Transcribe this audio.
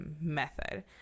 method